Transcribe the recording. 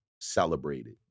celebrated